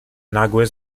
nagłe